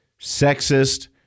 sexist